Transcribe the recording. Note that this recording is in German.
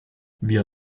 wir